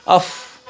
off